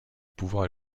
pouvoir